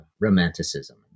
romanticism